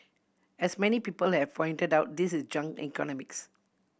as many people have pointed out this is junk economics